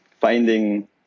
finding